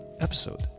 episode